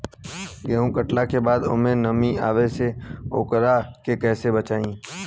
गेंहू कटला के बाद ओमे नमी आवे से ओकरा के कैसे बचाई?